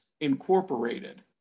Incorporated